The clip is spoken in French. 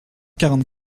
quarante